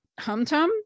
Humtum